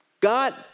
God